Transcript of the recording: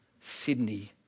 Sydney